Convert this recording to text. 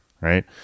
right